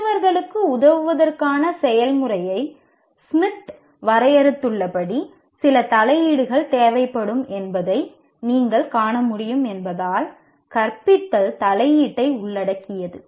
மற்றவர்களுக்கு உதவுவதற்கான செயல்முறையை ஸ்மித் வரையறுத்துள்ளபடி சில தலையீடுகள் தேவைப்படும் என்பதை நீங்கள் காண முடியும் என்பதால் கற்பித்தல் தலையீட்டை உள்ளடக்கியது